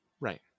Right